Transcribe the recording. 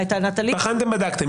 בחנתם ובדקתם.